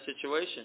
situation